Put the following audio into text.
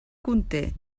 conté